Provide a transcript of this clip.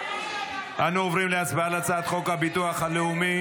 אנחנו עוברים להצבעה על חוק הביטוח הלאומי